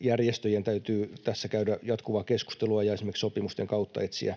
Järjestöjen täytyy tässä käydä jatkuvaa keskustelua ja esimerkiksi sopimusten kautta etsiä